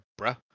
bruh